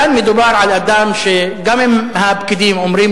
כאן מדובר על אדם שגם אם הפקידים אומרים